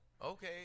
Okay